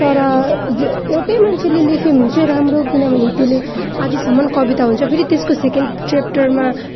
तर ज एउटै मान्छेले लेखे भने चाहिँ राम्रो किनभने त्यसले आदिसम्मन् कविता हुन्छ फेरि त्यसको सेकेन्ड च्याप्टरमा